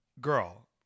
girl